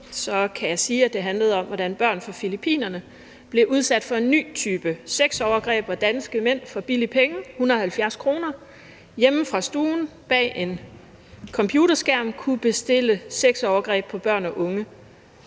kan jeg sige, at det handlede om, hvordan børn fra Filippinerne blev udsat for en ny type sexovergreb, hvor danske mænd for billige penge, 170 kr., hjemme fra stuen kunne sidde bag en computerskærm og bestille sexovergreb på børn og unge,